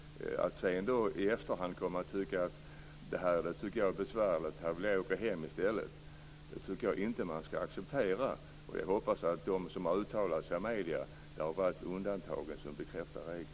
Att komma i efterhand och säga: Det här tycker jag är besvärligt, och jag vill åka hem i stället, tycker jag inte att man skall acceptera. Jag hoppas att de som har uttalat sig i medierna har varit undantagen som bekräftar regeln.